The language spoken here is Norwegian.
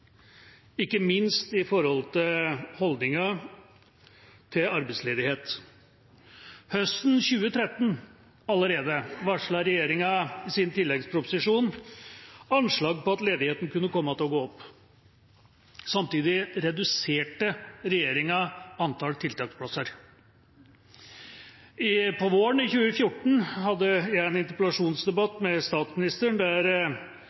ikke minst når det gjelder holdningen til arbeidsledighet. Allerede høsten 2013 varslet regjeringa i sin tilleggsproposisjon anslag på at ledigheten kunne komme til å gå opp. Samtidig reduserte regjeringa antall tiltaksplasser. Våren 2014 hadde jeg en interpellasjonsdebatt med statsministeren der